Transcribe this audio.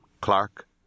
Clark